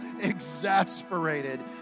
exasperated